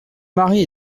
mari